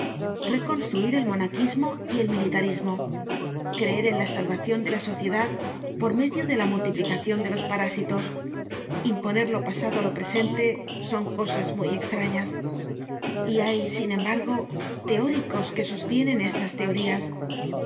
reconstituir el monaquismo y el militarismo creer en la salvacion de la sociedad por medio de la multiplicacion de los parásitos imponer lo pasado á lo presente son cosas muy estrañas y hay sin embargo teóricos que sostienen estas teorías